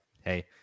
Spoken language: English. Hey